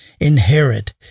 inherit